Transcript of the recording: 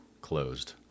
closed